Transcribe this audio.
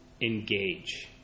engage